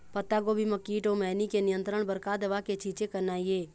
पत्तागोभी म कीट अऊ मैनी के नियंत्रण बर का दवा के छींचे करना ये?